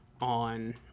on